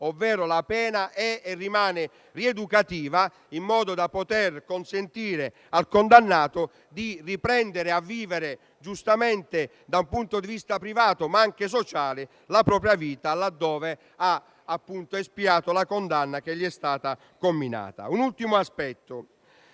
la pena è e rimane rieducativa, in modo da consentire al condannato di riprendere giustamente a vivere, da un punto di vista privato ma anche sociale, la propria vita, laddove ha espiato la condanna che gli è stata comminata. Un ultimo aspetto: